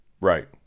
Right